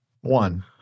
One